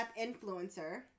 influencer